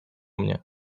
mnie